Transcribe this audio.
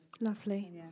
Lovely